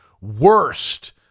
worst